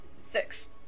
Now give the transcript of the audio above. Six